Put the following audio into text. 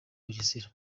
bugesera